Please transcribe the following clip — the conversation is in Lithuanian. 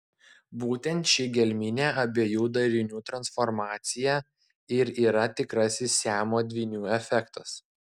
būtent ši gelminė abiejų darinių transformacija ir yra tikrasis siamo dvynių efektas